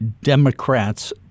Democrats